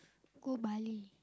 go Bali